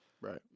Right